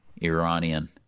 Iranian